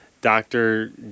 Doctor